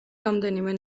რამდენიმე